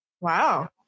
Wow